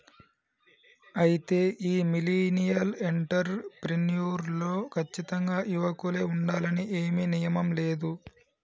అయితే ఈ millennial entrepreneur లో కచ్చితంగా యువకులే ఉండాలని ఏమీ నియమం లేదు